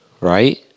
right